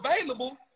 available